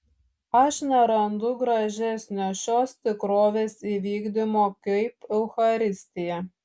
aš nerandu gražesnio šios tikrovės įvykdymo kaip eucharistija